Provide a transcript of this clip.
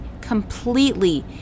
completely